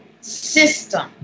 system